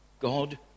God